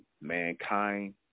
Mankind